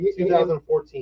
2014